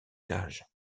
cage